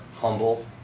humble